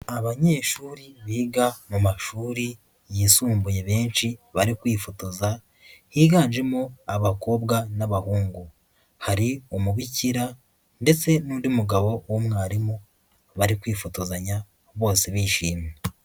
Abanyeshuri biga mu mashuri yisumbuye benshi bari kwifotoza, higanjemo abakobwa n'abahungu. Hari umubikira ndetse n'undi mugabo w'umwarimu, bari kwifotozanya bose bishimye.